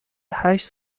هشت